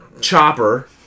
chopper